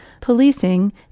policing